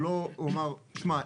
הוא אמר "תשמע,